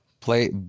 Play